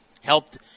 helped